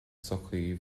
sochaí